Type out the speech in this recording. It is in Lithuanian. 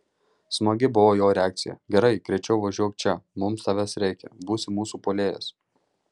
smagi buvo jo reakcija gerai greičiau važiuok čia mums tavęs reikia būsi mūsų puolėjas